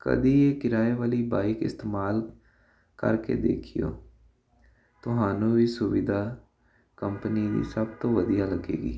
ਕਦੀ ਇਹ ਕਿਰਾਏ ਵਾਲੀ ਬਾਈਕ ਇਸਤੇਮਾਲ ਕਰਕੇ ਦੇਖਿਓ ਤੁਹਾਨੂੰ ਵੀ ਸੁਵਿਧਾ ਕੰਪਨੀ ਦੀ ਸਭ ਤੋਂ ਵਧੀਆ ਲੱਗੇਗੀ